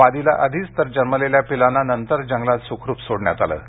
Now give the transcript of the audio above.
मादीला आधीच तर जन्मलेल्या पिल्लांना नंतर जंगलात सुखरूप सोडण्यात आलं आहे